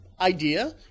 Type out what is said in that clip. idea